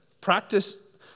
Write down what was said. Practice